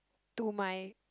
to my